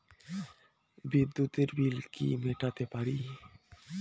বিদ্যুতের বিল কি মেটাতে পারি?